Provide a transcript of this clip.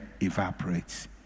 evaporates